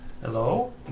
Hello